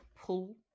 pull